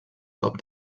cop